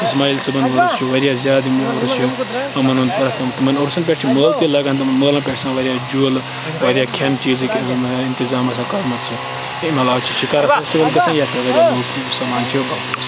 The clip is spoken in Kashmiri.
اشمایل صٲبُن ؤرُس چھُ واریاہ زِیادٕ یِمن ہُنٛد تِمن عُرسن پیٹھ چھُ مٲلہٕ تہِ لَگن تِمن مٲلن پیٹھ چھِ آسان لگان جوٗلہٕ واریاہ کھٮ۪ن چیٖزٕکۍ اِنتظام آسن کرُن امہِ عَلاوٕ چھِ شِکارہ فیسٹوَل گژھان یتھ اندر تہِ سمان چھِ